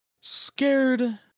scared